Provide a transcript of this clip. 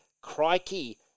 crikey